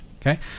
Okay